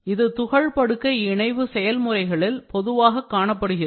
இது துகள் படுக்கை இணைவு செயல்முறைகளில் பொதுவாக காணப்படுகிறது